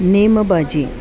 नेमबाजी